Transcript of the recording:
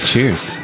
Cheers